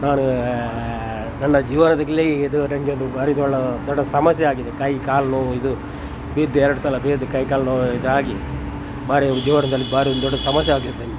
ನಾನು ನನ್ನ ಜೀವನದಲ್ಲಿ ಇದು ನನಗೆ ಒಂದು ಬಾರಿ ದೊಡ್ಡ ದೊಡ್ಡ ಸಮಸ್ಯೆ ಆಗಿದೆ ಕೈ ಕಾಲು ನೋವು ಇದು ಬಿದ್ದು ಎರಡು ಸಲ ಬಿದ್ದು ಕೈ ಕಾಲು ನೋವು ಇದಾಗಿ ಬಾರಿ ಜೀವನದಲ್ಲಿ ಭಾರಿ ಒಂದು ದೊಡ್ಡ ಸಮಸ್ಯೆ ಆಗಿದೆ